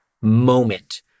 moment